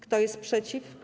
Kto jest przeciw?